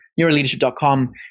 Neuroleadership.com